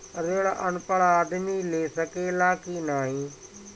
ऋण अनपढ़ आदमी ले सके ला की नाहीं?